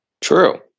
True